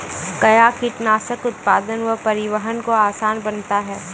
कया कीटनासक उत्पादन व परिवहन को आसान बनता हैं?